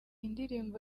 indirimbo